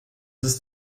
ist